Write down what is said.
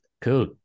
Cool